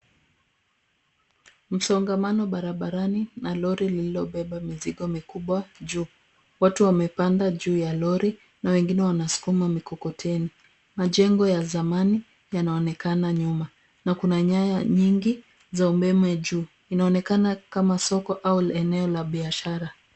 Msongamano barabarani na lori lililobeba mizigo mikubwa juu. Watu wamepanda juu ya lori na wengine wanasukuma mikokoteni. Majengo ya zamani yanaonekana nyuma na kuna nyaya nyingi za umeme juu. Inaonekana kama soko ama eneo la biashara.